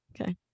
Okay